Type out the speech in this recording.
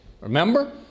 Remember